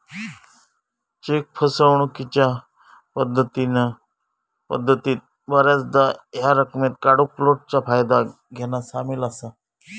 check फसवणूकीच्या पद्धतीत बऱ्याचदा ह्या रकमेक काढूक फ्लोटचा फायदा घेना सामील असा